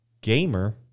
gamer